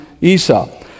Esau